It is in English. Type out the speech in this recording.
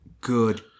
Good